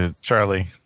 Charlie